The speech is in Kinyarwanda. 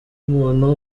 umuntu